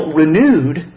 renewed